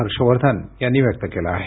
हर्ष वर्धन यांनी व्यक्त केला आहे